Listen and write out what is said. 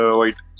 white